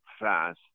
fast